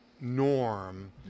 norm